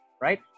right